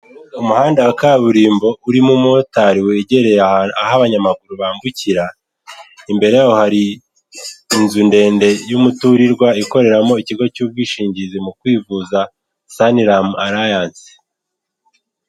Umuhanda wa kaburimbo urimo umumotari wegereye aho abanyamaguru bambukira, imbere yaho hari inzu ndende y'umuturirwa, ikoreramo ikigo cy'ubwishingizi mu kwivuza Saniramu arayansi.